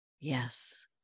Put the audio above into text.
Yes